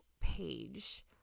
page